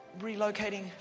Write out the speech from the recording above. relocating